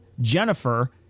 Jennifer